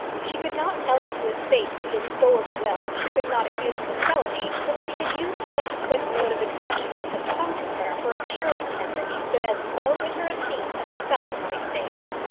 she could not tell him to his face that he had stolen the will, she could not accuse him of felony, but she had used such quick mode of expression as had come to her for assuring him that he stood as low in her esteem as a felon might stand.